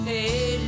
Hey